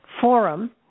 forum